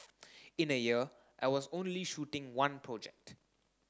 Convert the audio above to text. in a year I was only shooting one project